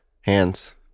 hands